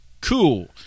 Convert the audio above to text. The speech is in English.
Cool